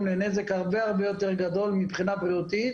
לנזק הרבה יותר גדול מבחינה בריאותית